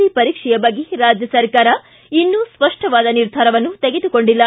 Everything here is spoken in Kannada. ಸಿ ಪರೀಕ್ಷೆಯ ಬಗ್ಗೆ ರಾಜ್ಯ ಸರ್ಕಾರ ಇನ್ನು ಸ್ಪಷ್ಟವಾದ ನಿರ್ಧಾರವನ್ನು ತೆಗೆದುಕೊಂಡಿಲ್ಲ